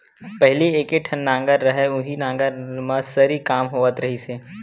पहिली एके ठन नांगर रहय उहीं नांगर म सरी काम होवत रिहिस हे